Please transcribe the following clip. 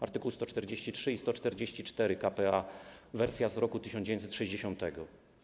Art. 143 i 144 k.p.a., wersja z roku 1960.